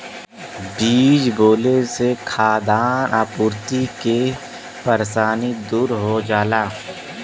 बीज बोले से खाद्यान आपूर्ति के परेशानी दूर हो जाला